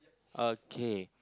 okay